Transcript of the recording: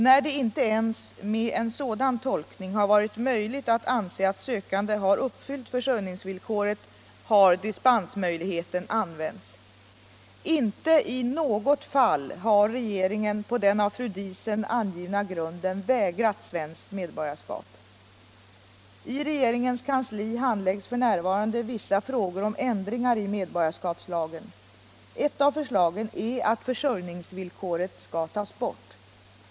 När det inte ens med en sådan tolkning har varit möjligt att anse att sökanden har uppfyllt försörjningsvillkoret har dispensmöjligheten använts. Inte i något fall har regeringen på den av fru Diesen angivna grunden vägrat svenskt medborgarskap. I regeringens kansli handläggs f. n. vissa förslag om ändringar i medborgarskapslagen. Ett av förslagen är att försörjningsvillkoret skall tas bort.